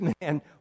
man